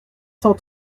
cent